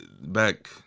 back